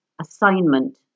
Assignment